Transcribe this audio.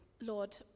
Lord